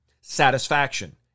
satisfaction